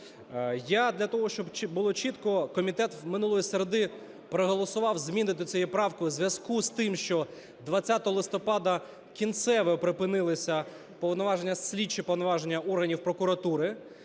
Я для того, щоб було чітко, комітет минулої середи проголосував зміни до цієї правки у зв’язку з тим, що 20 листопада кінцево припинилися повноваження, слідчі повноваження органів прокуратури,